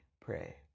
pray